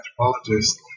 anthropologist